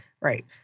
Right